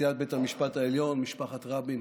נשיאת בית המשפט העליון, משפחת רבין,